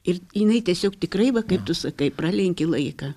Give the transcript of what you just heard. ir jinai tiesiog tikrai va kaip tu sakai pralenkė laiką